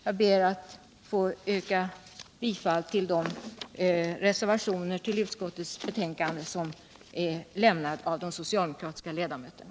Jag ber att få yrka bifall till de reservationer till utskottets betänkande som är avgivna av de socialdemokratiska ledamöterna.